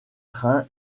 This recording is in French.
train